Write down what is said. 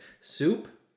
Soup